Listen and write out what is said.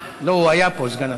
לא, הוא היה פה, סגן השר.